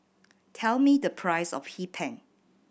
tell me the price of Hee Pan